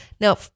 Now